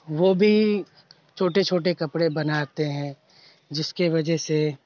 وہ بھی چھوٹے چھوٹے کپڑے بناتے ہیں جس کے وجہ سے